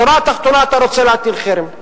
בשורה התחתונה אתה רוצה להטיל חרם.